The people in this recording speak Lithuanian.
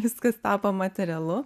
viskas tapo materialu